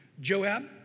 Joab